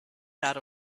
dot